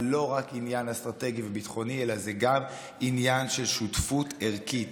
זה לא רק עניין אסטרטגי וביטחוני אלא זה גם עניין של שותפות ערכית,